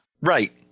Right